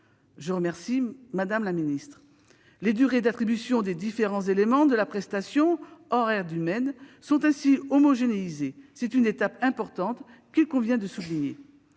en remercie. Les durées d'attribution des différents éléments de la prestation, hors aide humaine, sont ainsi homogénéisées. C'est une étape importante, qu'il convient de souligner.